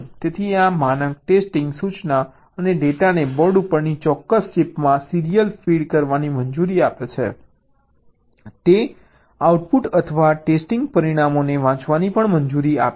તેથી આ માનક ટેસ્ટિંગ સૂચના અને ડેટાને બોર્ડ ઉપરની ચોક્કસ ચિપમાં સીરીયલ ફીડ કરવાની મંજૂરી આપે છે તે આઉટપુટ અથવા ટેસ્ટિંગ પરિણામોને વાંચવાની પણ મંજૂરી આપે છે